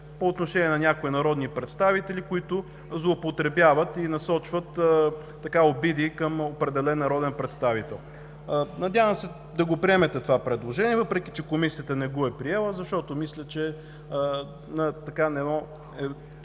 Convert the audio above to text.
по отношение на някои народни представители, които злоупотребяват и насочват обиди към определен народен представител. Надявам се да го приемете това предложение, въпреки че Комисията не го е приела, защото мисля, че е на едно